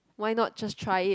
why not just try it